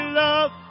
love